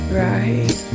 right